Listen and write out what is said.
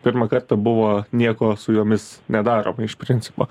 pirmą kartą buvo nieko su jomis nedaroma iš principo